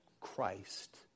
Christ